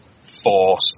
force